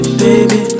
baby